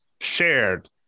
shared